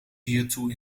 hiertoe